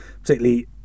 particularly